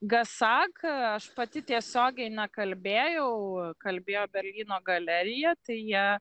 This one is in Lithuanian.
gasak aš pati tiesiogiai nekalbėjau kalbėjo berlyno galerija tai jie